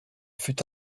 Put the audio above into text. fut